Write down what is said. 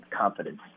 confidence